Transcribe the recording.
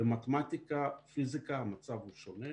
במתמטיקה ובפיזיקה המצב הוא שונה.